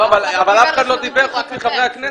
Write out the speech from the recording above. אבל אף אחד לא דיבר חוץ מחברי הכנסת.